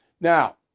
Now